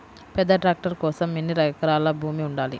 పెద్ద ట్రాక్టర్ కోసం ఎన్ని ఎకరాల భూమి ఉండాలి?